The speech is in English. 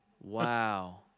Wow